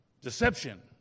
Deception